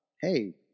hey